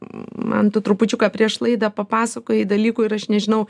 man tu trupučiuką prieš laidą papasakojai dalykų ir aš nežinau